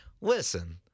Listen